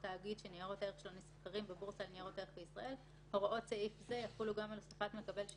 תאריך לידה ומין,